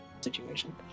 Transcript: situation